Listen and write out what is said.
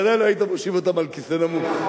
ודאי לא היית מושיב אותם על כיסא נמוך.